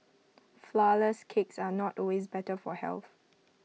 Flourless Cakes are not always better for health